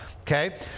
OKAY